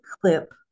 clip